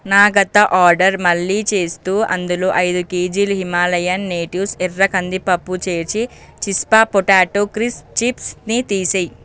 నా గత ఆర్డర్ మళ్ళీ చేస్తూ అందులో ఐదు కేజీలు హిమాలయన్ నేటివ్స్ ఎర్ర కంది పప్పు చేర్చి చిస్పా పొటాటో క్రిస్ప్ చిప్స్ని తీసేయి